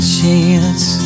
chance